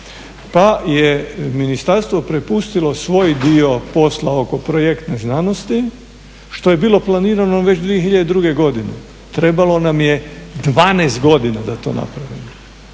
pa je ministarstvo prepustilo svoj dio posla oko projektne znanosti što je bilo planirano već 2002. godine. Trebalo nam je 12 godina da to napravimo,